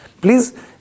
Please